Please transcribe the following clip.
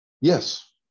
yes